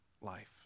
life